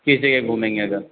किस जगह घूमेंगे अगर